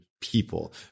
people